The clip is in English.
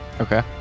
okay